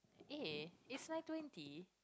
eh it's nine twenty